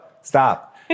stop